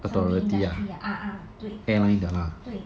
something industry 啊啊对对